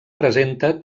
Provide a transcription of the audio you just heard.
presenta